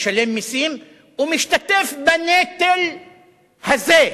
משלם מסים ומשתתף בנטל הזה.